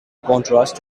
contrast